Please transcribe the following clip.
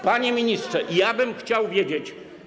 Panie ministrze, ja bym chciał wiedzieć.